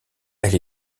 elle